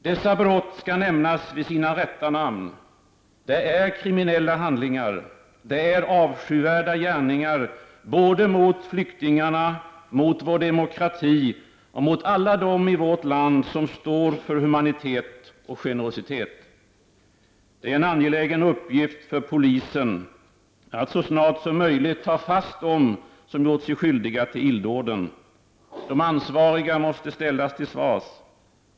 Dessa brott skall nämnas vid sina rätta namn: det är kriminella handlingar; det är avskyvärda gärningar både mot flyktingarna, mot vår demokrati och mot alla de i vårt land som står för humanitet och generositet. Det är en angelägen uppgift för polisen att så snart som möjligt ta fast dem som gjort sig skyldiga till illdåden. De ansvariga måste ställas till svars.